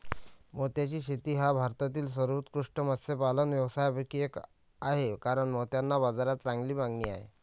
मोत्याची शेती हा भारतातील सर्वोत्कृष्ट मत्स्यपालन व्यवसायांपैकी एक आहे कारण मोत्यांना बाजारात चांगली मागणी आहे